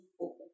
open